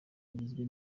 agizwe